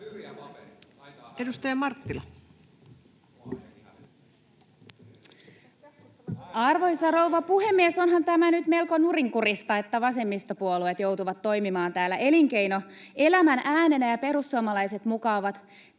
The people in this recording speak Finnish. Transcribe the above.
22:35 Content: Arvoisa rouva puhemies! Onhan tämä nyt melko nurinkurista, että vasemmistopuolueet joutuvat toimimaan täällä elinkeinoelämän äänenä ja perussuomalaiset muka ovat pienituloisten